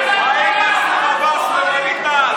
מנסור עבאס ווליד טאהא?